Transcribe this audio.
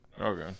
Okay